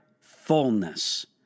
fullness